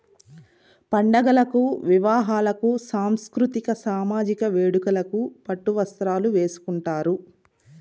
పండుగలకు వివాహాలకు సాంస్కృతిక సామజిక వేడుకలకు పట్టు వస్త్రాలు వేసుకుంటారు